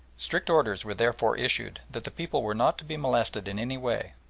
strict orders were, therefore, issued that the people were not to be molested in any way,